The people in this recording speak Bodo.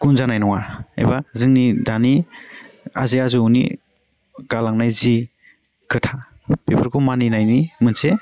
गुन जानाय नङा एबा जोंनि दानि आजै आजौनि गालांनाय जि खोथा बेफोरखौ मानिनायनि मोनसे